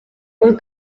paul